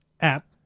app